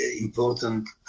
important